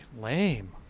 Lame